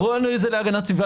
הראינו להגנת סביבה.